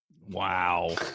Wow